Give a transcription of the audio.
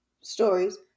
stories